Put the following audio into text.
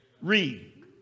Read